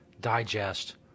digest